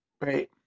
Great